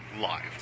live